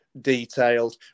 detailed